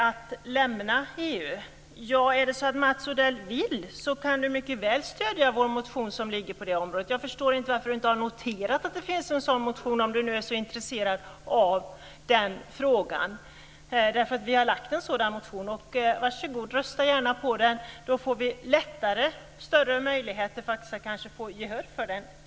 Att lämna EU: Är det så att Mats Odell vill kan han mycket väl stödja vår motion som ligger på det området. Jag förstår inte varför han inte har noterat att det finns en sådan motion, om han nu är så intresserad av den frågan. Vi har lagt en sådan motion. Var så god, rösta gärna på den, då får vi större möjligheter att få gehör för den.